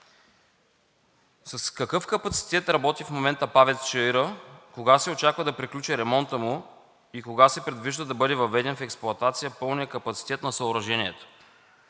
С какъв капацитет работи в момента ПАВЕЦ „Чаира“? Кога се очаква да приключи ремонтът му и кога се предвижда да бъде въведен в експлоатация пълният капацитет на съоръжението?